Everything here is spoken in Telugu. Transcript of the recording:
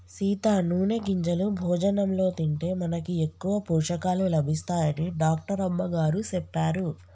సీత నూనె గింజలు భోజనంలో తింటే మనకి ఎక్కువ పోషకాలు లభిస్తాయని డాక్టర్ అమ్మగారు సెప్పారు